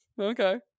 okay